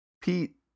Pete